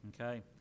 okay